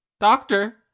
Doctor